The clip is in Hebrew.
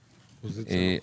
אושרה.